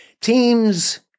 Teams